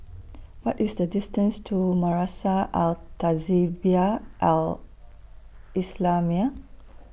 What IS The distance to Madrasah Al Tahzibiah Al Islamiah